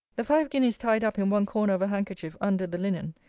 the five guineas tied up in one corner of a handkerchief under the linen,